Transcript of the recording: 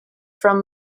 from